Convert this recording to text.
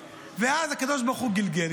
ואז הקדוש ברוך הוא גלגל,